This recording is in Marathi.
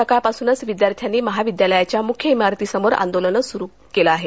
सकाळपासूनच विद्यार्थ्यांनी महाविद्यालयाच्या मुख्य इमारतीसमोर आंदोलन सुरू केले आहे